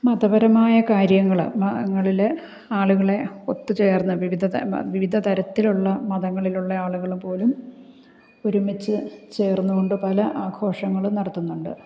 മതപരമായ കാര്യങ്ങൾ മതങ്ങളിൽ ആളുകളെ ഒത്തു ചേര്ന്ന് വിവിധ വിവിധ തരത്തിലുള്ള മതങ്ങളിലുള്ള ആളുകൾ പോലും ഒരുമിച്ചു ചേര്ന്നു കൊണ്ട് പല ആഘോഷങ്ങളും നടത്തുന്നുണ്ട്